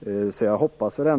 i fråga. Fru talman!